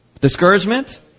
discouragement